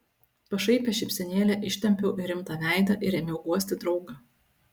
pašaipią šypsenėlę ištempiau į rimtą veidą ir ėmiau guosti draugą